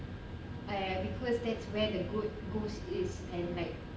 because that's where the good goose is and like